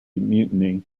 mutiny